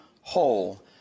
whole